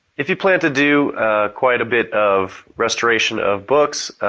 if you plan to do quite a bit of restoration of books,